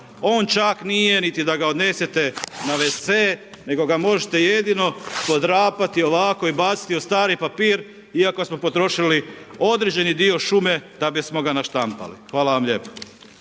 On čak nije niti da ga odnesete na wc, nego ga možete jedino podrapati ovako i baciti u stari papir, iako smo potrošili određeni dio šume da bismo ga naštampali. Hvala vam lijepo.